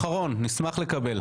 נשמח לקבל.